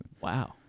Wow